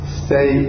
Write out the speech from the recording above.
stay